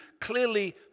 clearly